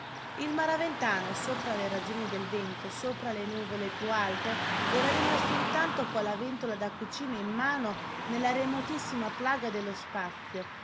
il maraventano sopra le regioni del vento sopra le nuvole più alte era rimasto intanto con la ventola da cucina in mano nella remotissima plaga dello spazio